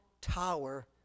tower